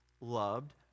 loved